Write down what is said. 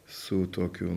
su tokiu